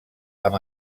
amb